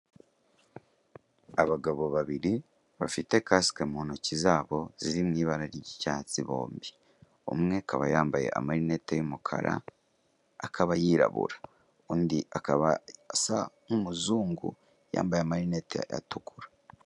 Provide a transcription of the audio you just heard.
Abagabo babiri bafite kasike mu ntoki zabo z'iri mw'ibara ry'icyatsi bombi umwe akaba yambaye amarinete y'umukara akaba yirabura undi akaba asa nk'umuzungu yambaye amarineti y'umutuku.